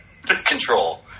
Control